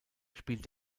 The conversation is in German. spielt